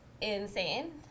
insane